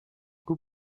vous